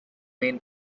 men